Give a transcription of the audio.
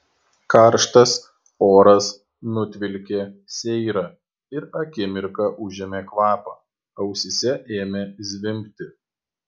karštas oras nutvilkė seirą ir akimirką užėmė kvapą ausyse ėmė zvimbti